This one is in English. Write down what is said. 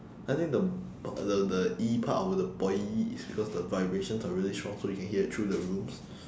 I think the the the E part of the boy is because the vibrations are really strong so you can hear it through the rooms